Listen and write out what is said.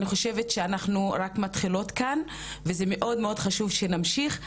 אני חושבת שאנחנו רק מתחילות כאן וזה מאוד מאוד חשוב שנמשיך.